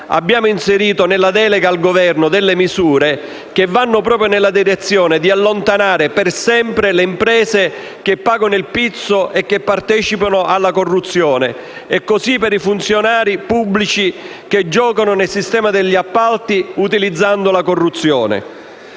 abbiamo inserito nella delega al Governo delle misure che vanno proprio nella direzione di allontanare per sempre le imprese che pagano il pizzo e che partecipano alla corruzione. E così per i funzionari pubblici che nel sistema degli appalti giocano utilizzando la corruzione.